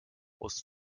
aus